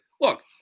look